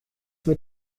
mit